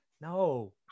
No